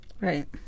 Right